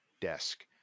desk